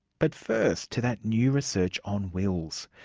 but first to that new research on wills.